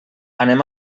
anem